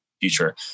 future